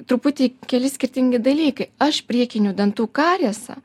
truputį keli skirtingi dalykai aš priekinių dantų kariesą